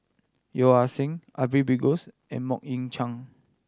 Yeo Ah Seng Ariff Bongso and Mok Ying Jang